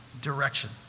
direction